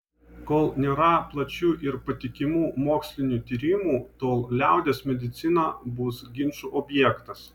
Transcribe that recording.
kol nėra plačių ir patikimų mokslinių tyrimų tol liaudies medicina bus ginčų objektas